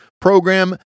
program